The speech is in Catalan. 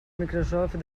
microsoft